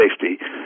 safety